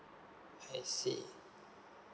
I see